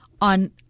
on